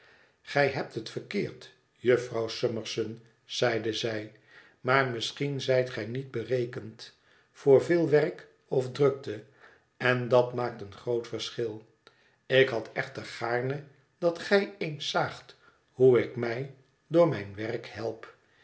gij hebt het verkeerd jufvrouw summerson zeide zij maar misschien zijt ge niet berekend voor veel werk of drukte en dat maakt een groot verschil ik had echter gaarne dat gij eens zaagt hoe ik mij door mijn werk help